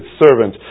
servant